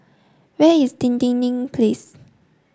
where is Dinding Place